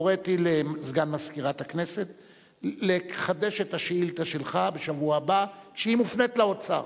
הוריתי לסגן מזכירת הכנסת לחדש את השאילתא שלך שמופנית לאוצר